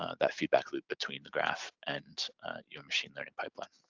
ah that feedback loop between the graph and your machine learning pipeline.